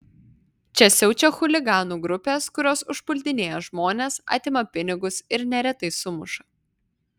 čia siaučia chuliganų grupės kurios užpuldinėja žmones atima pinigus ir neretai sumuša